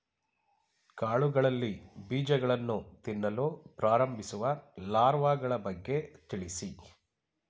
ಕಾಳುಗಳಲ್ಲಿ ಬೀಜಗಳನ್ನು ತಿನ್ನಲು ಪ್ರಾರಂಭಿಸುವ ಲಾರ್ವಗಳ ಬಗ್ಗೆ ತಿಳಿಸಿ?